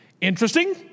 Interesting